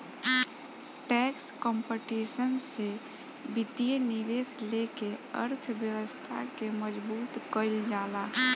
tax competition से वित्तीय निवेश लेके अर्थव्यवस्था के मजबूत कईल जाला